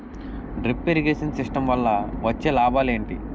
Drip irrigation system వల్ల వచ్చే లాభాలు ఏంటి?